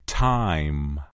Time